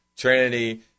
Trinity